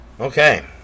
Okay